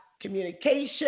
communication